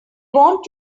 want